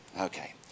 Okay